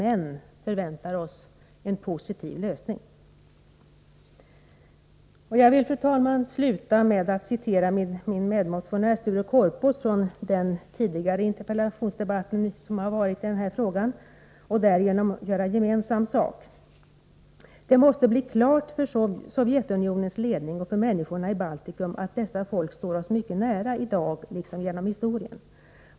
Vi förväntar oss emellertid en positiv lösning. Fru talman! Avslutningsvis vill jag citera vad min medmotionär Sture Korpås sagt i en tidigare interpellationsdebatt i samma fråga och därigenom göra gemensam sak med honom: ”Det måste bli klart för Sovjetunionens ledning och för människorna i Baltikum att dessa folk står oss mycket nära i dag liksom genom historien.